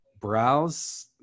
browse